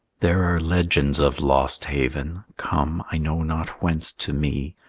there are legends of lost haven, come, i know not whence, to me,